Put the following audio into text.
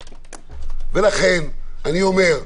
לכן אני אומר,